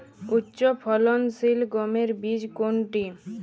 উচ্চফলনশীল গমের বীজ কোনটি?